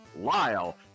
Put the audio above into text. Lyle